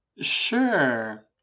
Sure